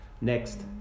next